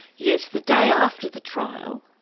yes, the day after the trial,